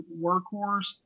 workhorse